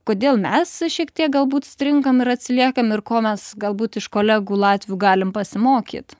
kodėl mes šiek tiek galbūt stringam ir atsiliekam ir ko mes galbūt iš kolegų latvių galim pasimokyt